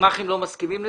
הגמ"חים לא מסכימים לזה.